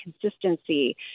consistency